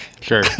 Sure